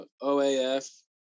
OAF